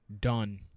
Done